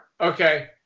okay